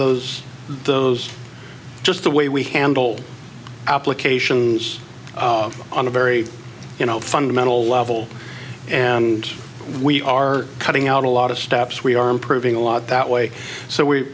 those those just the way we handle applications on a very you know fundamental level and we are cutting out a lot of steps we are improving a lot that way so we